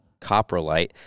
coprolite